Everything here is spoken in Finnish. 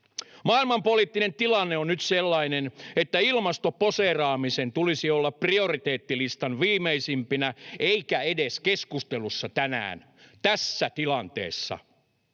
Maailmanpoliittinen tilanne on nyt sellainen, että ilmastoposeeraamisen tulisi olla prioriteettilistan viimeisimpinä eikä edes keskustelussa tänään, tässä tilanteessa.